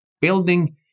building